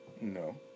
No